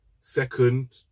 Second